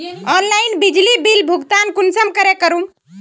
Online बिजली bill भुगतान कुंसम करे करूम?